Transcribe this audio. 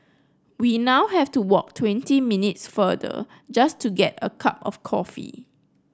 we now have to walk twenty minutes farther just to get a cup of coffee